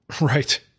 Right